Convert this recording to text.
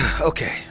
Okay